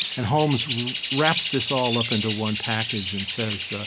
and holmes wraps this all up into one package and says,